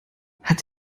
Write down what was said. hat